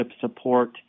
support